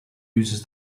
uses